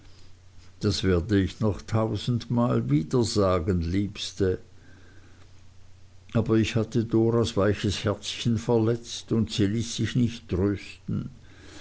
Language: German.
das werde ich noch tausendmal wieder sagen liebste aber ich hatte doras weiches herzchen verletzt und sie ließ sich nicht trösten